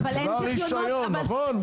לרישיון נכון,